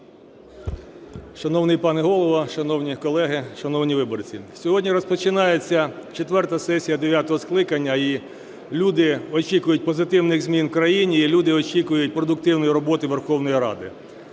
Шановний пане Голово, шановні колеги, шановні виборці! Сьогодні розпочинається четверта сесія дев'ятого скликання, і люди очікують позитивних змін в країні, і люди очікують продуктивної роботи Верховної Ради.